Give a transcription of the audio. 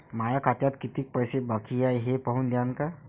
माया खात्यात कितीक पैसे बाकी हाय हे पाहून द्यान का?